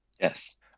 Yes